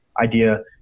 idea